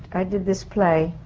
i did this play